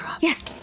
yes